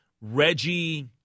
Reggie